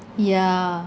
yeah